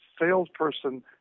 salesperson